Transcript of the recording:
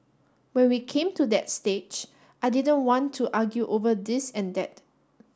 when we came to that stage I didn't want to argue over this and that